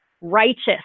righteous